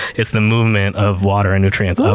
it's the movement of water and nutrients ah